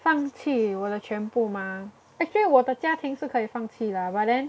放弃我的全部吗 actually 我的家庭是可以放弃 lah but then